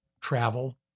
travel